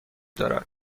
دارد